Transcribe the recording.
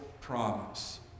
promise